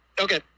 Okay